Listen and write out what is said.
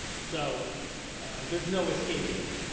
so there's no escaping it.